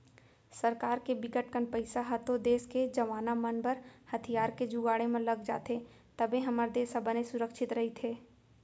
सरकार के बिकट कन पइसा ह तो देस के जवाना मन बर हथियार के जुगाड़े म लग जाथे तभे हमर देस ह बने सुरक्छित रहिथे